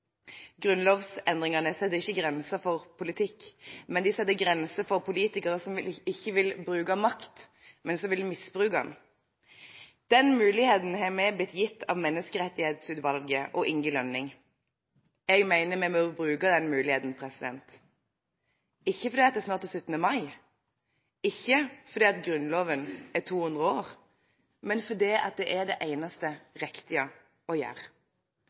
Grunnlovsendringene setter ikke grenser for politikk, men de setter grenser for politikere – ikke de som vil bruke makt, men de som vil misbruke den. Den muligheten har vi blitt gitt av Menneskerettighetsutvalget og Inge Lønning. Jeg mener vi må bruke den muligheten – ikke fordi det snart er 17. mai, ikke fordi Grunnloven er 200 år, men fordi det er det eneste riktige å gjøre.